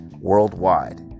worldwide